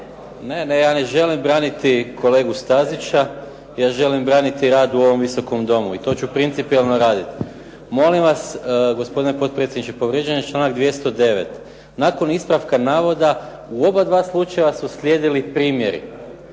Ne, ne, ja ne želim braniti kolegu Stazića, ja želim braniti rad u ovom Visokom domu i to su principijelno raditi. Molim vas gospodine potpredsjedniče, povrijeđen je članak 209. Nakon ispravka navoda u obadva slučaja su slijedili primjeri.